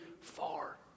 far